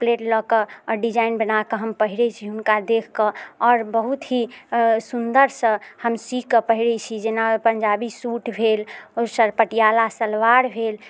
plate लऽ कऽ आओर डिजाइन बनाकऽ हम पहिरैत छी हुनका देखि कऽ आओर बहुत ही सुन्दरसँ हम सी कऽ पहिरैत छी जेना पञ्जाबी सूट भेल आओर स पटियाला सलवार भेल